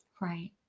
Right